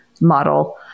model